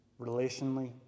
relationally